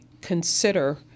consider